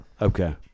okay